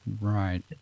Right